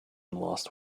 last